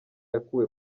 yakuwe